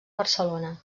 barcelona